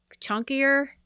chunkier